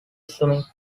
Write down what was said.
summit